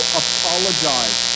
apologize